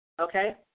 okay